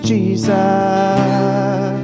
Jesus